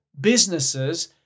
businesses